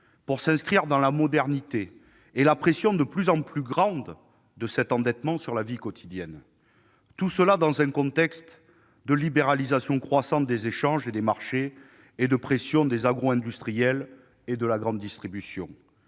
pour s'inscrire dans la modernité ... -et la pression de plus en plus grande de cet endettement sur la vie quotidienne. Tout cela dans un contexte de libéralisation croissante des échanges et des marchés et de pression des agro-industriels et de la grande distribution.